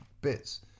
bits